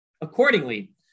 Accordingly